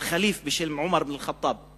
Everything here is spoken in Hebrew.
על ח'ליף בשם עומר אבן אל-ח'טאב.